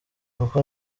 kuko